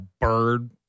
bird